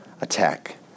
attack